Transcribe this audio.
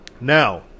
Now